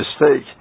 mistake